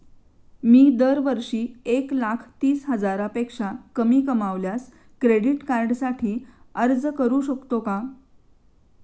मी दरवर्षी एक लाख तीस हजारापेक्षा कमी कमावल्यास क्रेडिट कार्डसाठी अर्ज करू शकतो का?